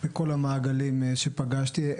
וכל המעגלים שפגשתי.